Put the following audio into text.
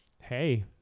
Hey